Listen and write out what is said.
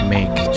Make